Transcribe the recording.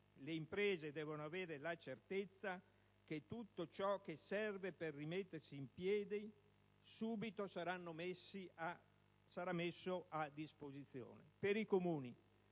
Le imprese devono avere la certezza che tutto ciò che serve per rimettersi in piedi subito sarà messo a disposizione. Per i Comuni,